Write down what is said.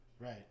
Right